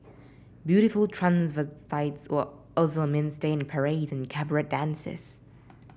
beautiful were also a mainstay in parades and cabaret dances